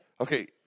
Okay